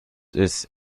ist